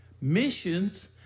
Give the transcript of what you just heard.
Missions